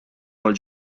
mal